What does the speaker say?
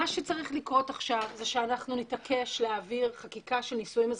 מה שצריך לקרות עכשיו זה שאנחנו נתעקש להעביר חקיקה של נישואים אזרחיים.